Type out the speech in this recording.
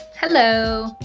Hello